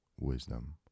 wisdom